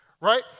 right